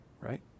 right